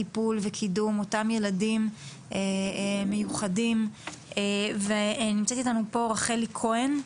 טיפול וקידום אותם ילדים מיוחדים ונמצאת איתנו פה רחלי כהן,